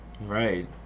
Right